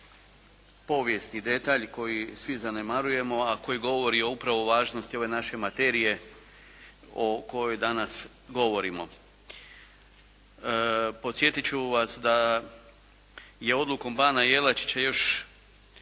povijesni detalj koji svi zanemarujemo, a koji govori upravo o važnosti ove naše materije o kojoj danas govorimo. Podsjetiti ću vas da je odlukom bana Jelačića još